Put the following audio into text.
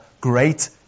great